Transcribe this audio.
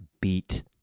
beat